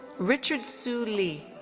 richard su li.